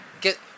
get